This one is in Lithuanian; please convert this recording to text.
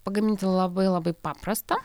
pagaminti labai labai paprasta